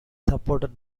supported